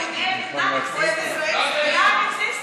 אין דבר כזה, הוא אוהב ישראל ושונא יהודים.